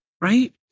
right